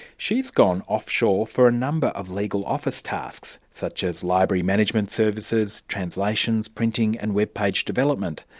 she's gone offshore for a number of legal office tasks, such as library management services, translations, printing, and web page development.